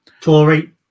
Tory